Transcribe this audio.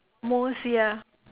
most ya